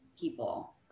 people